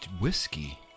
whiskey